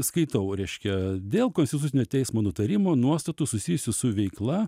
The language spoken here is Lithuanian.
skaitau reiškia dėl konstitucinio teismo nutarimo nuostatų susijusių su veikla